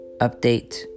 update